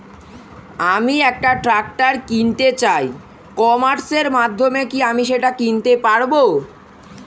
আমি একটা ট্রাক্টর কিনতে চাই ই কমার্সের মাধ্যমে কি আমি সেটা কিনতে পারব?